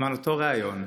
בזמן אותו ריאיון,